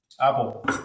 Apple